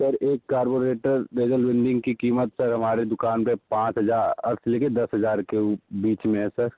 sir एक carburettor laser welding की कीमत सर हमारे दुकान पर पाँच हज़ार से लेके दस हज़ार के बीच में है सर